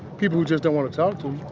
people who just don't wanna talk to